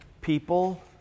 people